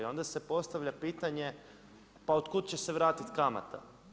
I onda se postavlja pitanje pa otkuda će se vratiti kamata?